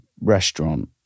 restaurant